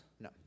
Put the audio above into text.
No